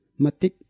matik